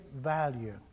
value